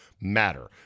matter